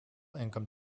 income